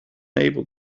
able